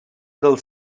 del